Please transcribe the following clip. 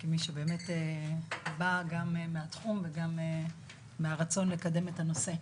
כמי שבאה באמת גם מהתחום וגם מהרצון לקדם את הנושא.